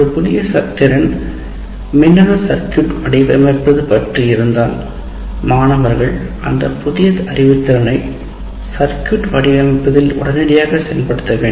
ஒரு புதிய தீரன் மின்னணு சர்க்யூட் வடிவமைப்பது பற்றி இருந்தால் மாணவர்கள் அந்தப் புதிய அறிவுத்திறனை சர்க்யூட் வடிவமைப்பதில் உடனடியாக செயல்படுத்த வேண்டும்